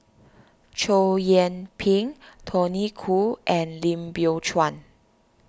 Chow Yian Ping Tony Khoo and Lim Biow Chuan